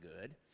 good